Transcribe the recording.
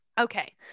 Okay